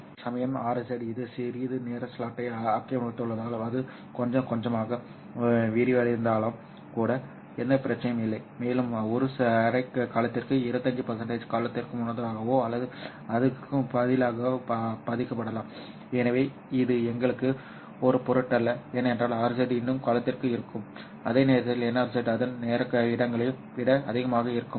அதேசமயம் RZ இது சிறிது நேர ஸ்லாட்டை ஆக்கிரமித்துள்ளதால் அது கொஞ்சம் கொஞ்சமாக விரிவடைந்தாலும் கூட எந்த பிரச்சனையும் இல்லை மேலும் ஒரு அரை காலத்திற்கு 25 காலத்திற்கு முன்னதாகவோ அல்லது அதற்கு பதிலாகவோ பாதிக்கப்படலாம் எனவே இது எங்களுக்கு ஒரு பொருட்டல்ல ஏனென்றால் RZ இன்னும் காலத்திற்குள் இருக்கும் அதே நேரத்தில் NRZ அதன் நேர இடங்களை விட அதிகமாக இருக்கும்